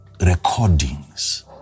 recordings